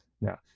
Now